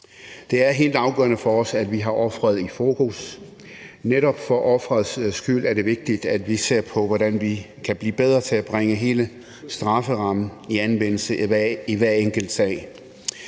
Det er helt afgørende for os, at vi har offeret i fokus. Netop for offerets skyld er det vigtigt, at vi ser på, hvordan vi kan blive bedre til at bringe hele strafferammen i anvendelse i hver enkelt sag.